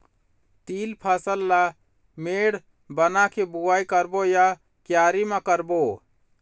तील फसल ला मेड़ बना के बुआई करबो या क्यारी म करबो?